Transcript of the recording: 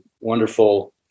wonderful